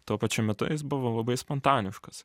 tuo pačiu metu jis buvo labai spontaniškas